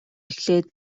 эхлээд